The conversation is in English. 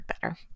better